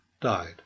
died